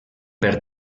per